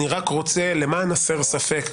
אני רק רוצה למען הסר ספק,